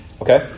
Okay